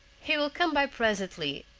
he will come by presently,